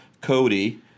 Cody